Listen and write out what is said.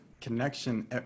connection